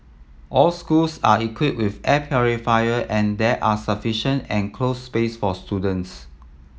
all schools are equipped with air purifier and there are sufficient enclosed space for students